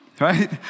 right